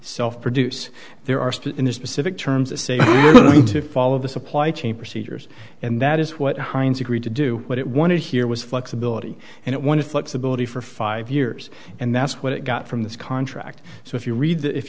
self produce there are still in the specific terms of say we're going to follow the supply chain procedures and that is what heinz agreed to do what it wanted here was flexibility and it one of flexibility for five years and that's what it got from this contract so if you read that if